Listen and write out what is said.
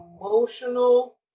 emotional